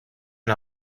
and